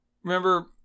Remember